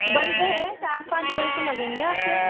bulb है चार पाँच बल्ब तो लगेंगे आप के